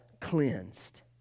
cleansed